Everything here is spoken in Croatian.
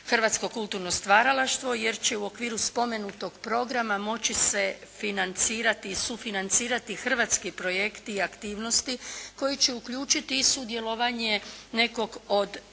hrvatsko kulturno stvaralaštvo jer će u okviru spomenutog programa moći se financirati i sufinancirati hrvatski projekti i aktivnosti koji će uključiti i sudjelovanje nekog od